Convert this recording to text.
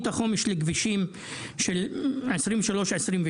בתכנית החומש לכבישים של 2023-2027,